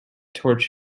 torch